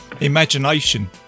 imagination